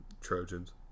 Trojans